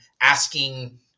asking